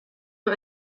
nur